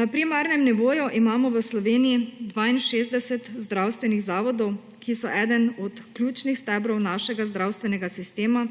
Na primarnem nivoju imamo v Sloveniji 62 zdravstvenih zavodov, ki so eden od ključnih stebrov našega zdravstvenega sistema,